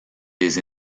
des